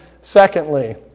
Secondly